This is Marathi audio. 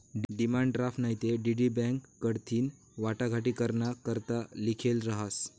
डिमांड ड्राफ्ट नैते डी.डी बॅक कडथीन वाटाघाटी कराना करता लिखेल रहास